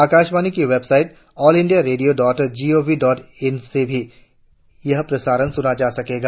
आकाशवाणी की website all India radio dot G O V dot in से भी यह प्रसारण सुना जा सकेगा